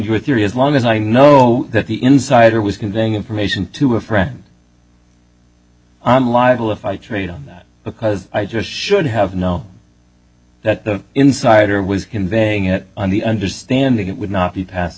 your theory as long as i know that the insider was conveying information to a friend i'm liable if i trade on that because i just should have known that the insider was conveying it on the understanding it would not be passed